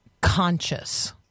conscious